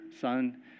Son